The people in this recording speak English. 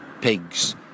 pigs